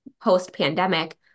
post-pandemic